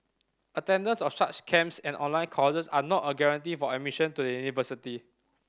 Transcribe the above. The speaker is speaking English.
attendance of such camps and online courses are not a guarantee for admission to the university